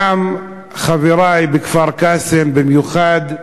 וגם חברי, בכפר-קאסם במיוחד,